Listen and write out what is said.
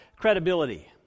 credibility